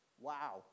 Wow